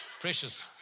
precious